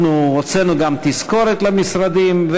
אנחנו הוצאנו גם תזכורת למשרדים.